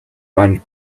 punch